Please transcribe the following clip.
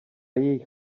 jejich